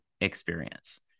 experience